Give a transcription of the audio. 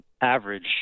average